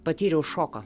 patyriau šoką